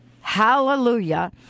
Hallelujah